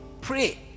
pray